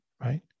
right